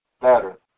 better